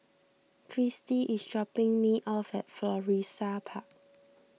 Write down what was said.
Kristie is dropping me off at Florissa Park